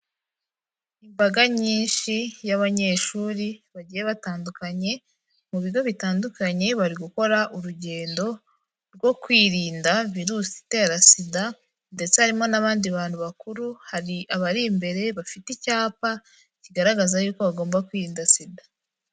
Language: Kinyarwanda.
Imbaga nyinshi y'abanyeshuri bagiye batandukanye mu bigo bitandukanye, bari gukora urugendo rwo kwirinda virusi itera Sida ndetse harimo n'abandi bantu bakuru, hari abari imbere bafite icyapa kigaragaza yuko bagomba kwirinda Sida.